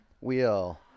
Wheel